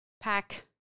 pack